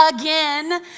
again